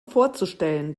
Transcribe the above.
vorzustellen